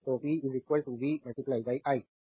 तो P v i